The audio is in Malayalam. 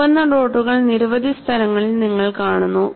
ചുവന്ന ഡോട്ടുകൾ നിരവധി സ്ഥലങ്ങളിൽ നിങ്ങൾ കാണുന്നു